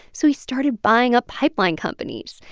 so he started buying up pipeline companies.